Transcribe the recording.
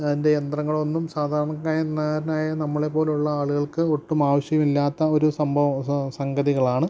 അതിൻ്റെ യന്ത്രങ്ങളൊന്നും സാധാർണക്കാരനായ നമ്മളെ പോലുള്ള ആളുകൾക്ക് ഒട്ടും ആവശ്യമില്ലാത്ത ഒരു സംഭവ സംഗതികളാണ്